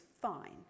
fine